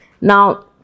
Now